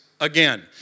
again